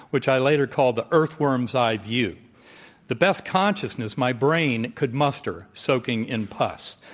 which i later called the earthworm's eye-view, the best consciousness my brain could muster, soaking in pus.